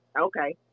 Okay